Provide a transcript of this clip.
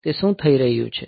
તે શું થઈ રહ્યું છે